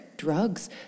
drugs